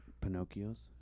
Pinocchio's